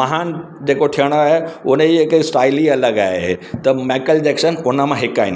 महान जेको थियण आहे उनजी हिकु स्टाइल ई अलॻि आहे त माइकल जैक्सन उनमां हिकु आहिनि